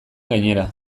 gainera